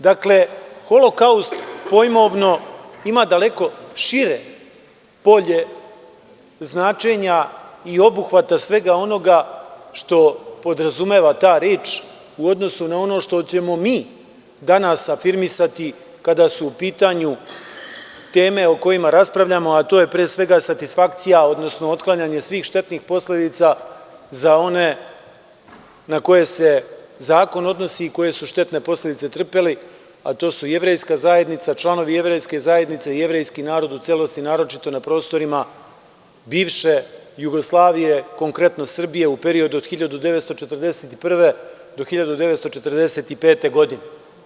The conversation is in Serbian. Dakle, holokaust, pojmovno ima daleko šire polje značenja i obuhvata svega onoga što podrazumeva ta reč u odnosu na ono što ćemo mi danas afirmisati kada su u pitanju teme o kojima raspravljamo, a to je pre svega satisfakcija, odnosno otklanjanje svih štetnih posledica za one na koje se zakon odnosi i koje su štetne posledice trpeli, a to su jevrejska zajednica, članovi jevrejske zajednice i jevrejski narod u celosti, naročito na prostorima bivše Jugoslavije, konkretno Srbije, u periodu od 1941. do 1945. godine.